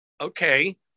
okay